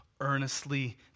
earnestly